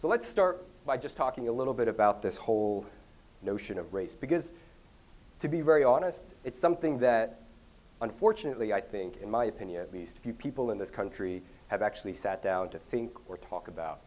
so let's start by just talking a little bit about this whole notion of race because to be very honest it's something that unfortunately i think in my opinion at least a few people in this country have actually sat down to think or talk about